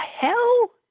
hell